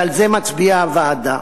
ועל זה מצביעה הוועדה.